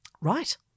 Right